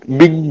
big